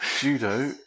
Judo